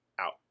Out